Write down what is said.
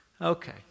okay